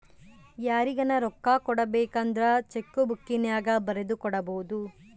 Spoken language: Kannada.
ಯಾರಿಗನ ರೊಕ್ಕ ಕೊಡಬೇಕಂದ್ರ ಚೆಕ್ಕು ಬುಕ್ಕಿನ್ಯಾಗ ಬರೆದು ಕೊಡಬೊದು